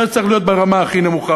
זה צריך להיות ברמה הכי נמוכה.